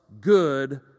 good